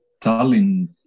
Tallinn